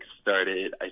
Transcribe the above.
started